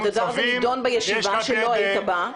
הדבר הזה נדון בישיבה שלא היית בה.